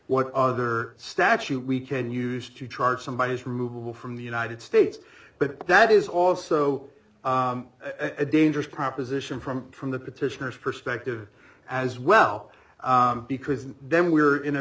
what other statute we can use to charge somebody is removable from the united states but that is also a dangerous proposition from from the petitioners perspective as well because then we're in a